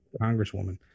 Congresswoman